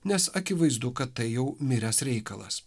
nes akivaizdu kad tai jau miręs reikalas